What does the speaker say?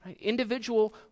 individual